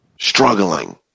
struggling